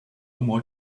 more